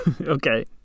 Okay